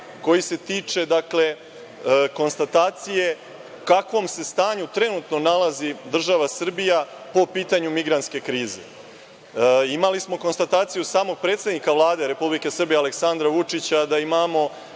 koje se tiče konstatacije u kakvom stanju se trenutno nalazi država Srbija po pitanju migrantske krize? Imali smo konstataciju samog predsednika Vlade Republike Srbije, Aleksandra Vučića da imamo